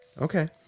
Okay